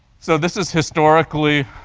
so this is historically